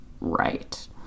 Right